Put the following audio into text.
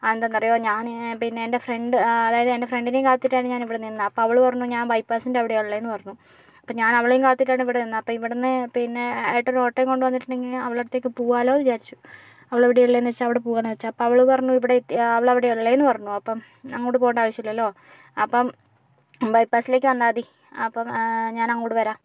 അതെന്താണെന്ന് അറിയോ ഞാൻ പിന്നെ എൻ്റെ ഫ്രണ്ട് അതായത് എൻ്റെ ഫ്രണ്ടിനെയും കാത്തിട്ടാണ് ഞാൻ ഇവിടെ നിന്നത് അപ്പോൾ അവൾ പറഞ്ഞു ഞാൻ ബൈപ്പാസിൻ്റെ അവിടെയാണ് ഉള്ളത് എന്ന് പറഞ്ഞു അപ്പോൾ ഞാൻ അവളെയും കാത്തിട്ടാണ് ഇവിടെ നിന്നത് അപ്പോൾ ഇവിടുന്ന് പിന്നെ ഏട്ടൻ ഓട്ടോ കൊണ്ടുവന്നിട്ടുണ്ടെങ്കിൽ അവളുടെ അടുത്തേയ്ക്ക് പോകാലൊന്ന് വിചാരിച്ചു അവള് അവിടെ ഉള്ളെന്നു വിചാരിച്ചു അവിടെ പോകാന്ന് വിചാരിച്ചു അപ്പോൾ അവൾ പറഞ്ഞു അവൾ അവിടെയാണ് ഉള്ളതെന്ന് പറഞ്ഞു അപ്പം അങ്ങോട്ട് പോകേണ്ട ആവശ്യമില്ലല്ലോ അപ്പം ബൈപ്പാസിലേക്ക് വന്നാൽ മതി അപ്പം ഞാൻ അങ്ങോട്ട് വരാം